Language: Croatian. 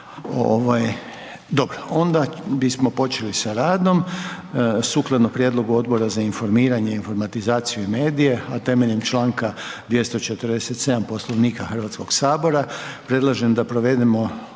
dobro. Onda bismo počeli sa radom. Sukladno prijedlogu Odbora za informiranje, informatizaciju i medije, a temeljem Članka 247. Poslovnika Hrvatskog sabora predlažem da provedemo